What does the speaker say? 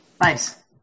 Nice